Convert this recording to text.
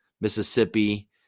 Mississippi